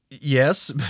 Yes